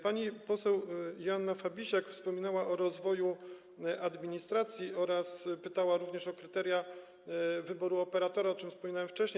Pani poseł Joanna Fabisiak wspominała o rozwoju administracji oraz pytała również o kryteria wyboru operatora, o czym wspominałem wcześniej.